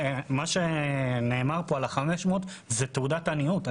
מה שנאמר כאן לגבי ה-500 מרפאות, זאת תעודת עניות.